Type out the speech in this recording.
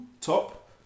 top